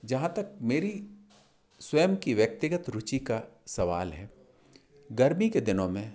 जहाँ तक मेरी स्वयं की व्यक्तिगत रुचि का सवाल है गर्मी के दिनो में